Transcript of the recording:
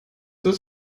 das